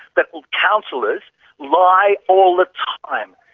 but councillors lie all the time.